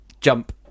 jump